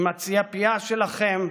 עם הציפייה שלכם,